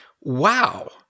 Wow